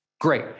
great